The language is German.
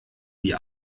die